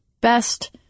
best